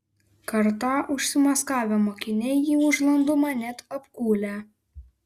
kartą užsimaskavę mokiniai jį už landumą net apkūlę